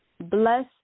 Bless